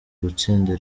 gutsinda